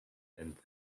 and